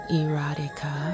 erotica